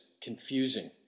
confusing